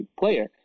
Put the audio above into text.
player